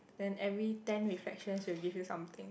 then every ten reflections she will give you something